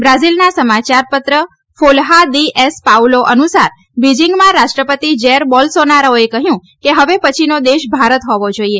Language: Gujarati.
બ્રાઝીલના સમાચારપત્ર ફોલહા દી એસ પાઉલો અનુસાર બીજીંગમાં રાષ્ટ્રપતિ જેર બોલસોનારોએ કહ્યું કે હવે પછીનો દેશ ભારત હોવો જોઈએ